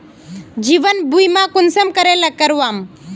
जीवन बीमा कुंसम करे करवाम?